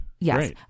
Yes